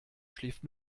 schläft